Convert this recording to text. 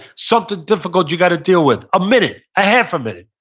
something difficult you gotta deal with, a minute, ah half a minute,